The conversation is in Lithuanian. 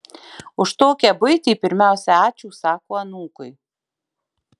už tokią buitį pirmiausia ačiū sako anūkui